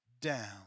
down